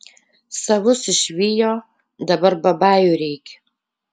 savus išvijo dabar babajų reik